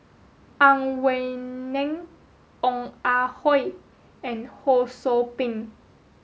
Ang Wei Neng Ong Ah Hoi and Ho Sou Ping